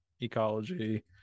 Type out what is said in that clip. ecology